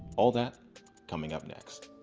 all that coming up next.